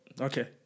okay